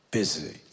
busy